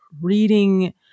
reading